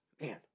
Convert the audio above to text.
Man